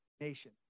nation